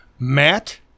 Matt